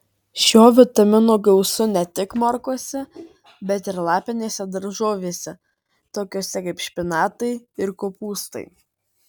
šio vitamino gausu ne tik morkose bet ir lapinėse daržovėse tokiose kaip špinatai ir kopūstai